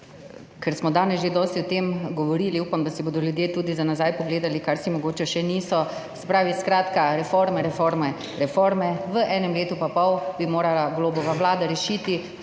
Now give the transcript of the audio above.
ker smo danes že dosti o tem govorili, upam, da si bodo ljudje tudi za nazaj pogledali, česar si mogoče še niso. Skratka, reforme, reforme, reforme, v enem letu pa pol bi morala Golobova vlada rešiti